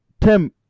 Tim